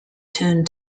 turned